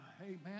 Amen